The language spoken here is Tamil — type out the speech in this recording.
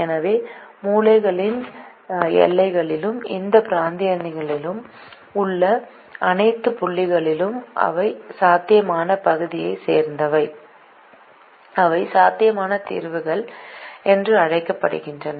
எனவே மூலைகளிலும் எல்லைகளிலும் இந்த பிராந்தியத்திற்குள்ளும் உள்ள அனைத்து புள்ளிகளும் அவை சாத்தியமான பகுதியைச் சேர்ந்தவை அவை சாத்தியமான தீர்வுகள் என்று அழைக்கப்படுகின்றன